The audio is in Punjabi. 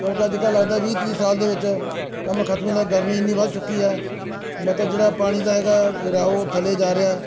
ਕਿਉਂਕਿ ਅੱਜ ਕੱਲ੍ਹ ਲੱਗਦਾ ਵੀਹ ਤੀਹ ਸਾਲ ਦੇ ਵਿੱਚ ਕੰਮ ਖਤਮ ਹੈ ਗਰਮੀ ਇੰਨੀ ਵੱਧ ਚੁੱਕੀ ਹੈ ਮਤਲਬ ਜਿਹੜਾ ਪਾਣੀ ਦਾ ਹੈਗਾ ਗੈਰਾਹ ਉਹ ਥੱਲੇ ਜਾ ਰਿਹਾ